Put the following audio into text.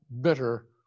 bitter